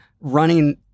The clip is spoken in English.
running